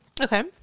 Okay